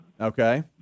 Okay